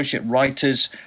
writers